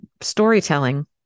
storytelling